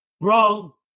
bro